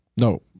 No